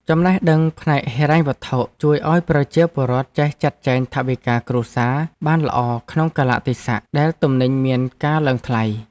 ចំណេះដឹងផ្នែកហិរញ្ញវត្ថុជួយឱ្យប្រជាពលរដ្ឋចេះចាត់ចែងថវិកាគ្រួសារបានល្អក្នុងកាលៈទេសៈដែលទំនិញមានការឡើងថ្លៃ។